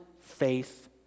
faith